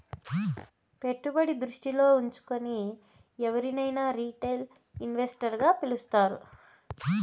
పెట్టుబడి దృష్టిలో ఉంచుకుని ఎవరినైనా రిటైల్ ఇన్వెస్టర్ గా పిలుస్తారు